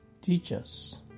teachers